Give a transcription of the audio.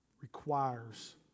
requires